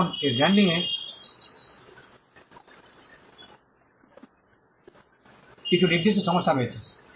এখন এর ব্র্যান্ডিংয়ে কিছু নির্দিষ্ট সমস্যা রয়েছে